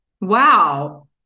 wow